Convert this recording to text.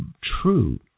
true